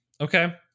okay